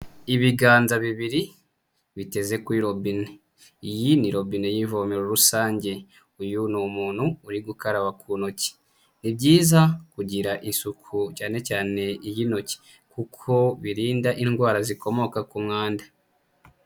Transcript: Ibiganza bibiri biteze kuri robine, iyi ni robine y'ivomero rusange, uyu ni umuntu uri gukaraba ku ntoki, ni byiza kugira isuku cyane cyane iy'intoki kuko birinda indwara zikomoka ku mwanda.